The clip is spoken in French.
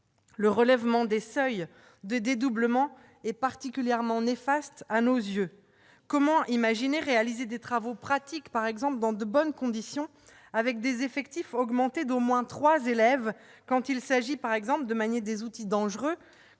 Le relèvement des seuils de dédoublement est particulièrement néfaste à nos yeux. Ainsi, comment imaginer réaliser des travaux pratiques dans de bonnes conditions avec des effectifs augmentés d'au moins trois élèves, quand il s'agit, par exemple, de manier des outils dangereux,